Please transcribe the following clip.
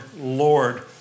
Lord